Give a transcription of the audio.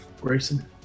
Grayson